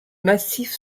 massif